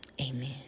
Amen